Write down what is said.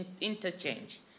interchange